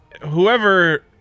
whoever